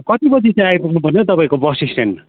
कति बजी त्यहाँ आइपुग्नु पर्ने हौ तपाईँको बस स्ट्यान्डमा